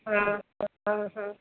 हँ हँ हँ